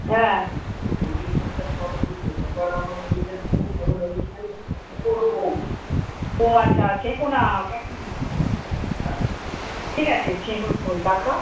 হ্যাঁ ও আচ্ছা সে কোনা ওটা কী ঠিক আছে শেকর পোল তারপর